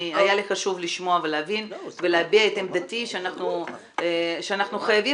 היה לי חשוב לשמוע ולהבין ולהביע את עמדתי שאנחנו חייבים